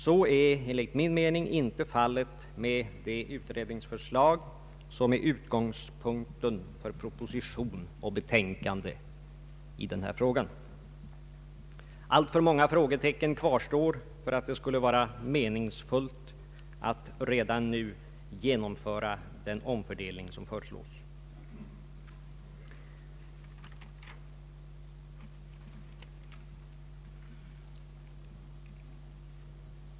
Så är inte fallet beträffande det utredningsförslag som är utgångspunkten för proposition och betänkande i denna fråga. Alltför många frågetecken kvarstår för att det skulle vara meningsfullt att redan nu genomföra den omfördelning som föreslås.